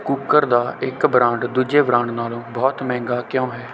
cooker ਦਾ ਇੱਕ brand ਦੂਜੇ ਬ੍ਰਾਂਡ ਨਾਲੋਂ ਬਹੁਤ ਮਹਿੰਗਾ ਕਿਉਂ ਹੈ